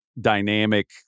dynamic